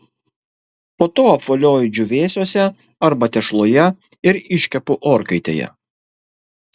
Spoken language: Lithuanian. po to apvolioju džiūvėsiuose arba tešloje ir iškepu orkaitėje